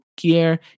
gear